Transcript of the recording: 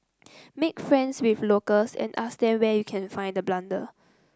make friends with locals and ask them where you can find the bundle